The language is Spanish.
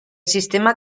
sistema